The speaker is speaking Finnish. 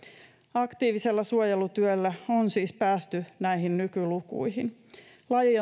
aktiivisella suojelutyöllä on siis päästy näihin nykylukuihin laji